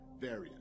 variant